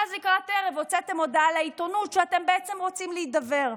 ואז לקראת ערב הוצאתם הודעה לעיתונות שאתם בעצם רוצים להידבר.